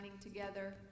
together